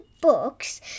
books